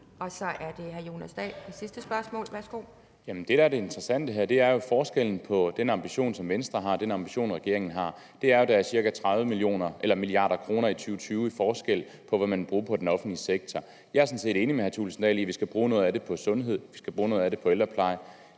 Så er det hr. Jonas Dahl for et sidste spørgsmål. Værsgo. Kl. 11:16 Jonas Dahl (SF): Jamen det, der er det interessante her, er jo forskellen på den ambition, som Venstre har, og den ambition, som regeringen har, og den er jo, at der i 2020 er ca. 30 mia. kr. i forskel på, hvad man vil bruge på den offentlige sektor. Jeg er sådan set enig med hr. Thulesen Dahl i, at vi skal bruge noget af det på sundhed, at vi skal bruge noget af det på ældrepleje.